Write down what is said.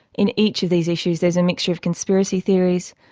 in each of these issues there is a mixture of conspiracy theories,